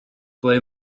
ble